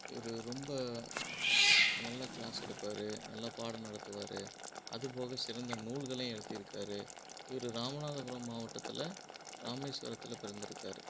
இவர் ரொம்ப நல்லா க்ளாஸ் எடுப்பார் நல்லா பாடம் நடத்துவார் அதுப்போக சிறந்த நூல்களையும் எழுதிருக்கார் இவர் ராமநாதபுரம் மாவட்டத்தில் ராமேஸ்வரத்தில் பிறந்துருக்கார்